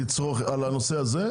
מהמכוניות בנושא הזה,